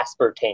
aspartame